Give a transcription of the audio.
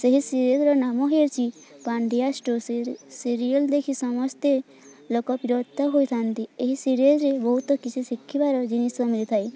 ସେହି ସିରିଏଲର ନାମ ହେଉଚି ପାଣ୍ଡିଆ ଷ୍ଟୋ ସିରିଏଲ ଦେଖି ସମସ୍ତେ ଲୋକପ୍ରିୟତା ହୋଇଥାନ୍ତି ଏହି ସିରିଏଲରେ ବହୁତ କିଛି ଶିଖିବାର ଜିନିଷ ମିଳିଥାଏ